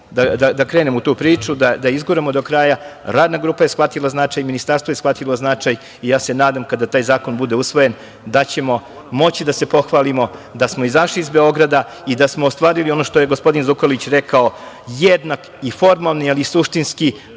da krenemo u tu priču, da izguramo do kraja. Radna grupa je shvatila značaj, ministarstvo je shvatilo značaj i ja se nadam kada taj zakon bude usvojen da ćemo moći da se pohvalimo da smo izašli iz Beograda i da smo ostvarili ono što je gospodin Zukorlić rekao, jednak i formalni, ali suštinski